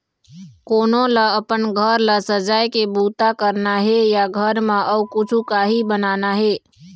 कोनो ल अपन घर ल सजाए के बूता करना हे या घर म अउ कछु काही बनाना हे